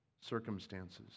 circumstances